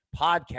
podcast